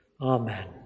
Amen